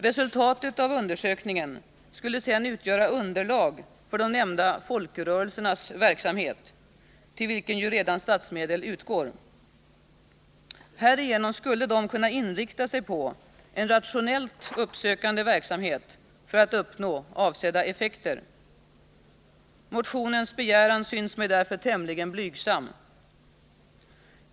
Resultatet av undersökningen skulle sedan utgöra underlag för de nämnda folkrörelsernas verksamhet, till vilken ju redan statsmedel utgår. Härigenom skulle de kunna inrikta sig på en rationellt uppsökande verksamhet för att uppnå avsedda effekter. Motionens begäran synes mig därför tämligen blygsam.